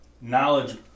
Knowledge